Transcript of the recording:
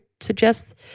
suggest